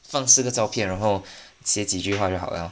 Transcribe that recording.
放四个照片然后写几句话就好了